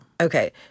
Okay